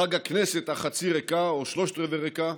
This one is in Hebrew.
חג הכנסת החצי-ריקה, או שלושת רבעי ריקה,